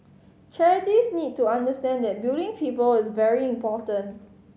charities need to understand that building people is very important